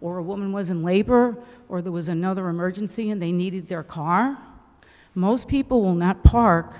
or a woman was in labor or there was another emergency and they needed their car most people will not park